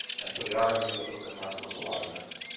and so they are having to go open market with a lot of those.